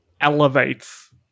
elevates